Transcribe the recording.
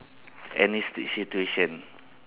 any situ~ situation